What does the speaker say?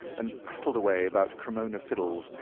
and prattled away about cremona fiddles,